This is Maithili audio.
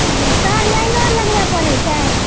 सर लाइनो लगबय पड़ै छै